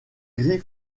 gris